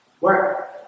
work